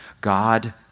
God